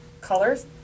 colors